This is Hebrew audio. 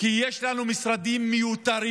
כי יש לנו משרדים מיותרים,